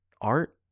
art